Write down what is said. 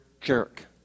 jerk